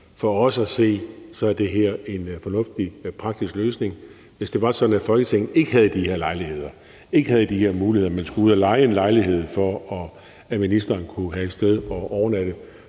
For os at se er det her en fornuftig og praktisk løsning. Hvis det var sådan, at Folketinget ikke havde de her lejligheder og ikke havde de her muligheder, men skulle ud at leje en lejlighed, for at ministeren kunne have et sted at overnatte,